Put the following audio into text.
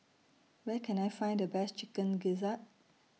Where Can I Find The Best Chicken Gizzard